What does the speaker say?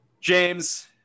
James